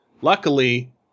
Luckily